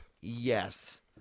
Yes